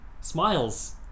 smiles